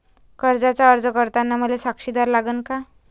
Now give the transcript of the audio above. कर्जाचा अर्ज करताना मले साक्षीदार लागन का?